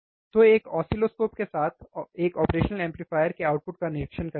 तो एक ऑसिलोस्कोप के साथ एक ऑपरेशनल एम्पलीफायर के आउटपुट का निरीक्षण करते हैं